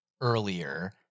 earlier